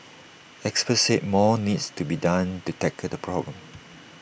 experts said more needs to be done to tackle the problem